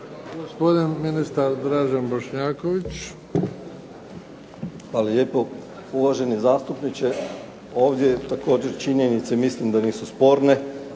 **Bošnjaković, Dražen (HDZ)** Hvala lijepo. Uvaženi zastupniče, ovdje također činjenice mislim da nisu sporne,